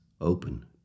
open